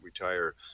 retire